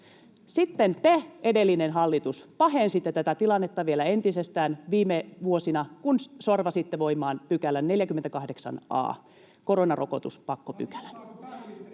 Sitten te, edellinen hallitus, pahensitte tätä tilannetta vielä entisestään viime vuosina, kun sorvasitte voimaan 48 a §:n, koronarokotuspakkopykälän.